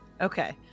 Okay